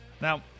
Now